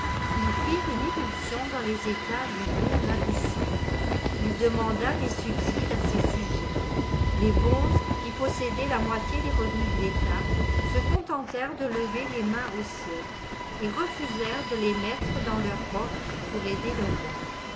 ils firent une irruption dans les états du bon nabussan il demanda des subsides à ses sujets les bonzes qui possédaient la moitié des revenus de l'état se contentèrent de lever les mains au ciel et refusèrent de les mettre dans leurs coffres pour aider le roi